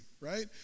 right